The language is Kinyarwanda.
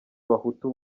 abahutu